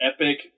epic